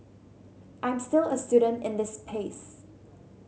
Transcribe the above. I'm still a student in this space